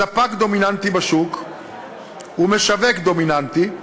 ספק דומיננטי בשוק ומשווק דומיננטי,